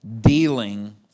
dealing